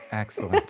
excellent.